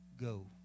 Go